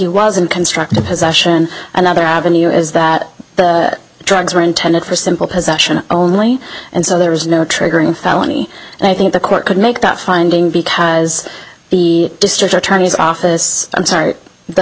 in constructive possession another avenue is that the drugs were intended for simple possession only and so there is no triggering a felony and i think the court could make that finding because the district attorney's office i'm sorry the